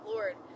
Lord